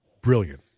brilliant